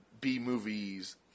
B-movies